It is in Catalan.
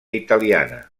italiana